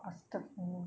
astaghfirullah